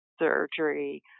surgery